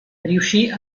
riuscì